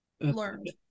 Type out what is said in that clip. learned